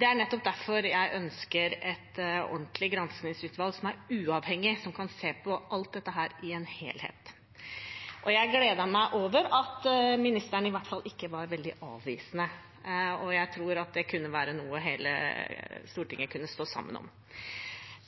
Det er nettopp derfor jeg ønsker et ordentlig granskingsutvalg som er uavhengig, og som kan se på alt dette i en helhet. Jeg gleder meg over at ministeren i hvert fall ikke var avvisende, og jeg tror det kan være noe hele Stortinget kan stå sammen om.